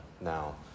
now